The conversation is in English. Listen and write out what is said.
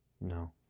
No